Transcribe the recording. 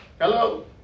Hello